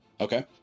Okay